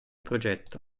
progetto